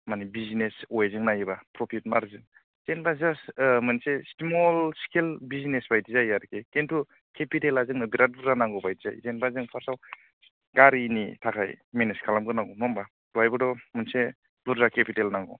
माने बिजनेस अवेजों नायोब्ला प्रफिट मार्जिन जेन'बा जास्ट स्मल स्केल बिजनेस बायदि जायो आरखि खिन्थु केपिटेलआ जोंनो बिराथ बुरजा नांगौ बायदि जायो जेन'बा जों फार्स्टआव गारिनि थाखाय मेनेज खालामग्रोनांगौ नङाहोमबा बेहायबोथ' मोनसे बुरजा केपिटेल नांगौ